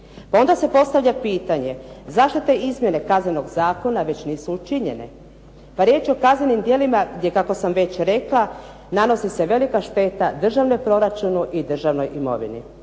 Onda se postavlja pitanje zašto te izmjene Kaznenog zakona već nisu učinjene. Riječ je o kaznenim djelima gdje kako sam već rekla nanosi se velika šteta državnom proračunu i državnoj imovini.